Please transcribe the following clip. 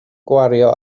gwario